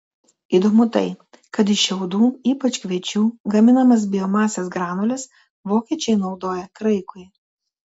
įdomu tai kad iš šiaudų ypač kviečių gaminamas biomasės granules vokiečiai naudoja kraikui